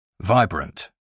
Vibrant